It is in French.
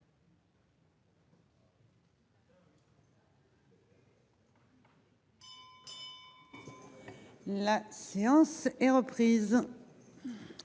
La séance est reprise.